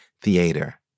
theater